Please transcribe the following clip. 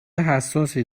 حساسی